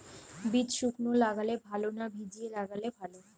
বীজ শুকনো লাগালে ভালো না ভিজিয়ে লাগালে ভালো?